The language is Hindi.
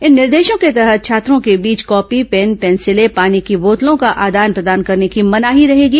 इन निर्देशों के तहत छात्रों के बीच कॉपी पेन पेंसिलें पानी की बोतलों का आदान प्रदान करने की मनाही रहेगी